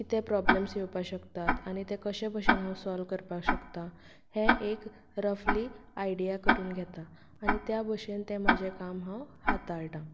कितें प्रोबल्मस येवपाक शकतात आनी तें कशे भाशेन हांव सोल्व करपाक शकतां हें एक रफली आयडिया करून घेता आनी त्या भाशेन तें म्हजें काम हांव हाताळटां